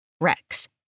Rex